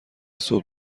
صبح